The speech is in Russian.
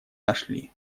нашли